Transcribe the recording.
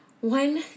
One